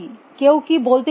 কেউ কী বলতে ইচ্ছুক